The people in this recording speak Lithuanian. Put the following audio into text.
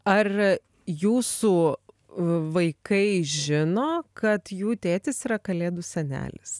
ar jūsų vaikai žino kad jų tėtis yra kalėdų senelis